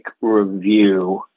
review